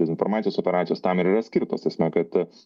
dezinformacijos operacijos tam ir yra skirtos ta prasme kad